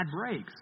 breaks